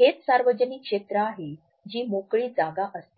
हेच सार्वजनिक क्षेत्र आहे जी मोकळी जागा असते